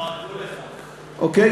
אוקיי?